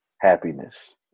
happiness